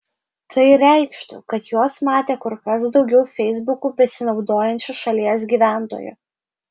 tai reikštų kad juos matė kur kas daugiau feisbuku besinaudojančių šalies gyventojų